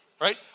right